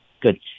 Good